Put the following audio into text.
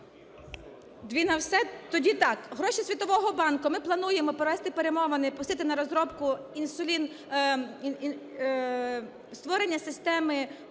Дві на все? Тоді так. Гроші Світового банку. Ми плануємо провести перемовини і пустити на розробку інсулін… створення системи